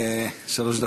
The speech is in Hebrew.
שלוש דקות.